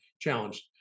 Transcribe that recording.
challenged